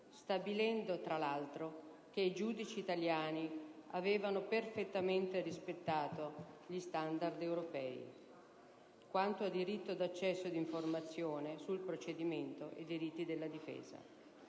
stabilendo, tra l'altro, che i giudici italiani avevano perfettamente rispettato gli standard europei (quanto a diritto d'accesso e informazioni sul procedimento e diritti della difesa).